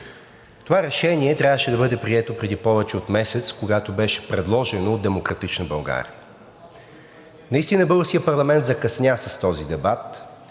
Това решение трябваше да бъде прието преди повече от месец, когато беше предложено от „Демократична България“. Наистина българският парламент закъсня с този дебат